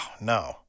no